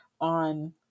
On